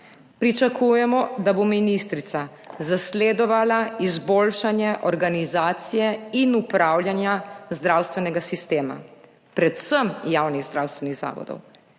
Pričakujemo, da bo ministrica zasledovala izboljšanje organizacije in upravljanja zdravstvenega sistema, predvsem javnih zdravstvenih zavodov,